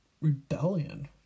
rebellion